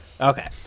Okay